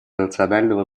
национального